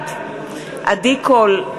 בעד עדי קול,